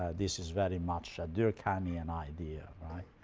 this is very much a durkheimian idea of